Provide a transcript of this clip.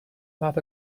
not